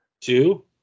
Two